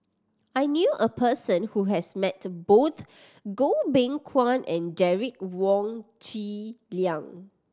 I knew a person who has met both Goh Beng Kwan and Derek Wong Zi Liang